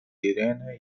irene